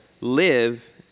live